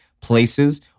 places